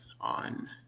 on